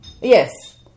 yes